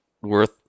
worth